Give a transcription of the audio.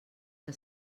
que